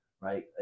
right